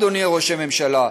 אדוני ראש הממשלה.